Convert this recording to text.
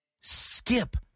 skip